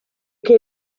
che